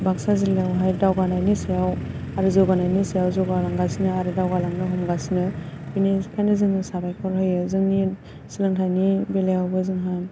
बाक्सा जिल्लायावहाय दावगानायनि सायाव आरो जौगानाायनि सायाव जौगालांगासिनो आरो दावगालांनो हमगासिनो बेनिखायनो जोङो साबायखर होयो जोंनि सोलोंथाइनि बेलायावबो जोंहा